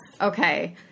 okay